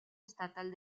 estatal